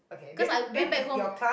'cause i went back home